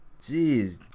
Jeez